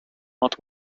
not